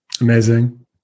Amazing